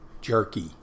jerky